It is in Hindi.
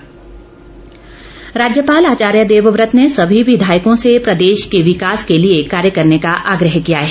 राज्यपाल राज्यपाल आचार्य देवव्रत ने सभी विधायकों से प्रदेश के विकास के लिए कार्य करने का आग्रह किया है